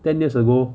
ten years ago